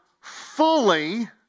fully